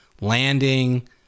landing